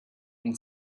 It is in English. and